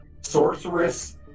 sorceress